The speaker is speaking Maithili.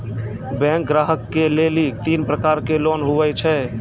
बैंक ग्राहक के लेली तीन प्रकर के लोन हुए छै?